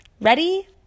Ready